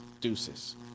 Deuces